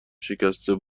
شکسته